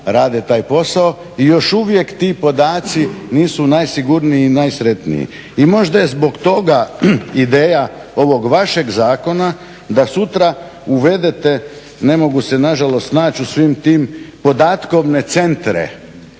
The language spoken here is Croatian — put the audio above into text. rade taj posao i još uvijek ti podaci nisu najsigurniji i najsretniji. I možda je zbog toga ideja ovog vašeg zakona da sutra uvedete, ne mogu se nažalost snaći u svim tim, podatkovne centre.